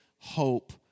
hope